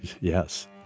Yes